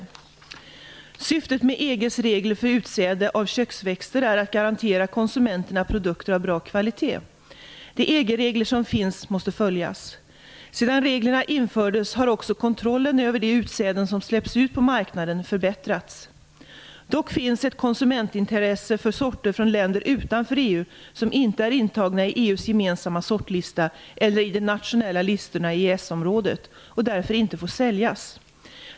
Syftet med EG:s regler för utsäde av köksväxter är att garantera konsumenten produkter av bra kvalitet. De EG-regler som finns måste följas. Sedan reglerna infördes har också kontrollen över de utsäden som släpps ut på marknaden förbättrats. Dock finns ett konsumentintresse för sorter från länder utanför EU som inte är intagna i EU:s gemensamma sortlista eller i de nationella listorna i EES-området och därför inte får säljas.